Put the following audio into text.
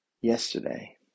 yesterday